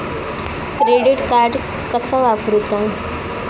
Credit card कसा वापरूचा?